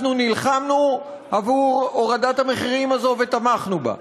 אנחנו נלחמנו עבור הורדת המחירים הזאת ותמכנו בה.